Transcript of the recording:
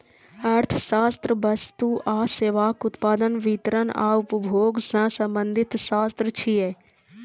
अर्थशास्त्र वस्तु आ सेवाक उत्पादन, वितरण आ उपभोग सं संबंधित शास्त्र छियै